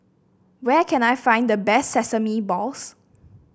where can I find the best Sesame Balls